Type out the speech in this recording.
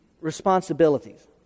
responsibilities